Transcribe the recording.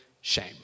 shame